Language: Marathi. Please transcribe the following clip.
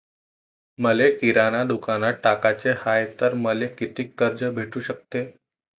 मले किराणा दुकानात टाकाचे हाय तर मले कितीक कर्ज भेटू सकते?